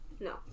No